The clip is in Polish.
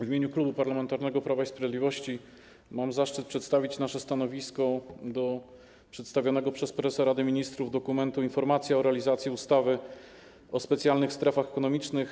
W imieniu Klubu Parlamentarnego Prawo i Sprawiedliwość mam zaszczyt przedstawić nasze stanowisko wobec przedstawionego przez prezesa Rady Ministrów dokumentu: „Informacja o realizacji ustawy o specjalnych strefach ekonomicznych.